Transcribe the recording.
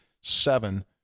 seven